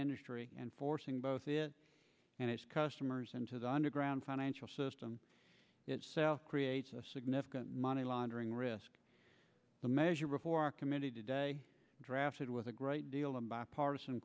industry and forcing both it and its customers into the underground financial system itself creates a significant money laundering risk the measure before our committee today drafted with a great deal of bipartisan